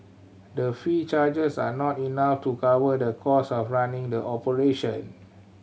the fee charged are not enough to cover the cost of running the operation